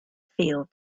feel